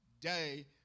day